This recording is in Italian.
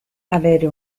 avere